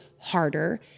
harder